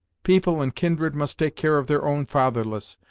people and kindred must take care of their own fatherless,